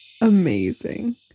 amazing